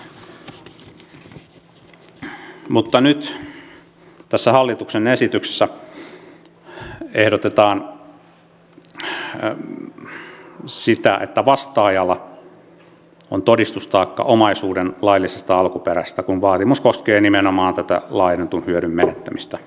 mutta nyt tässä hallituksen esityksessä ehdotetaan sitä että vastaajalla on todistustaakka omaisuuden laillisesta alkuperästä kun vaatimus koskee nimenomaan tätä laajennetun hyödyn menettämistä